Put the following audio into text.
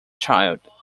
child